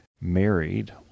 married